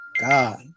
God